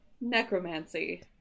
necromancy